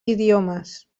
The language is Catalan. idiomes